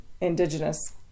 indigenous